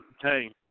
hey